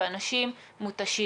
ואנשים מותשים.